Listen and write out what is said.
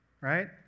right